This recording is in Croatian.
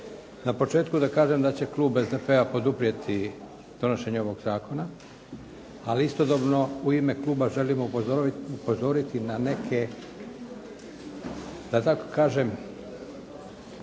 Na početku da kažem da će klub SDP-a poduprijeti donošenje ovog zakona, ali istodobno u ime kluba želimo upozoriti na neke, da tako kažem,